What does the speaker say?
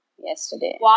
yesterday